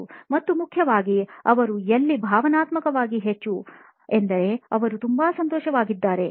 " ಮತ್ತು ಮುಖ್ಯವಾಗಿ ಅವರು ಎಲ್ಲಿ ಭಾವನಾತ್ಮಕವಾಗಿ ಹೆಚ್ಚು ಎಂದರೆ ಅವರು ತುಂಬಾ ಸಂತೋಷವಾಗಿದ್ದಾರೆ